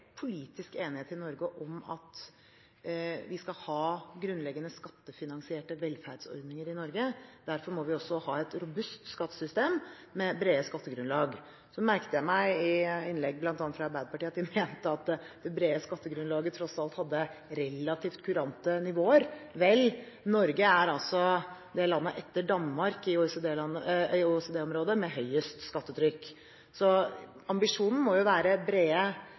politisk enighet om at vi skal ha grunnleggende skattefinansierte velferdsordninger i Norge. Derfor må vi også ha et robust skattesystem med brede skattegrunnlag. Jeg merket meg at man i innlegg, bl.a. fra Arbeiderpartiet, mente det brede skattegrunnlaget tross alt hadde relativt kurante nivåer. Vel, Norge er det landet etter Danmark i OECD-området med høyest skattetrykk. Ambisjonen må være brede